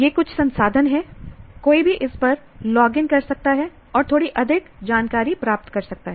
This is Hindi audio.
ये कुछ संसाधन हैं कोई भी इस पर लॉग इन कर सकता है और थोड़ी अधिक जानकारी प्राप्त कर सकता है